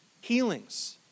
healings